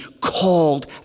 called